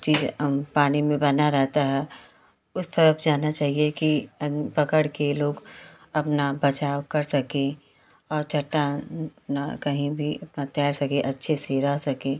चीज़ पानी में बना रहता है उस तरफ़ जाना चाहिए कि अदमी पकड़ कर लोग अपना बचाव कर सकें और चट्टान अपना कहीं भी अपना तैर सके अच्छे से रह सकें